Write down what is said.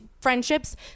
friendships